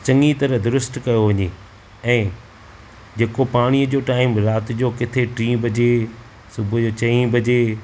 चंङी तरह दुरुस्तु कयो वञे ऐं जेको पाणीअ जो टाइम राति जो किथे टी वजे सुबुह जो चईं बजे